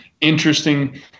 interesting